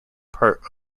part